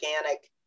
organic